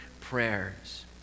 prayers